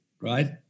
right